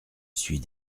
suis